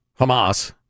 hamas